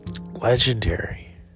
Legendary